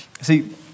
See